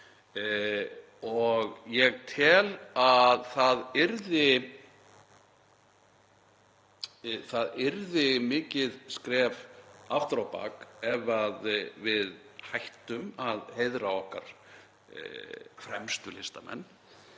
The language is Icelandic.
Ég tel að það yrði mikið skref aftur á bak ef við hættum að heiðra okkar fremstu listamenn